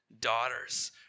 daughters